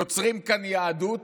יוצרים כאן יהדות